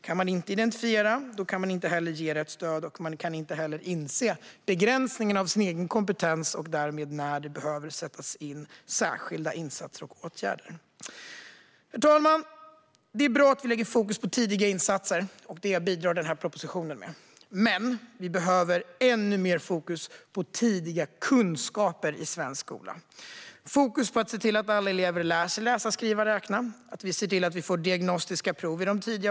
Kan man inte identifiera kan man inte heller ge rätt stöd, och man kan inte heller inse begränsningen i sin egen kompetens och därmed sätta in särskilda insatser och åtgärder när det behövs. Herr talman! Det är bra att vi lägger fokus på tidiga insatser. Det bidrar denna proposition med. Men vi behöver ännu mer fokus på tidiga kunskaper i svensk skola. Det handlar om fokus på att se till att alla elever lär sig läsa, skriva och räkna. Det handlar om att vi ser till att vi får diagnostiska prov i de tidiga åldrarna.